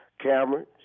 cameron